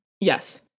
Yes